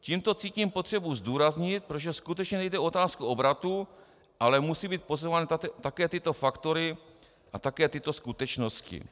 Tímto cítím potřebu zdůraznit, protože skutečně nejde o otázku obratu, ale musí být posuzovány také tyto faktory a také tyto skutečnosti.